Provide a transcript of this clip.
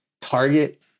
target